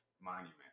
monument